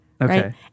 Okay